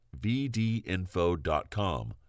VDinfo.com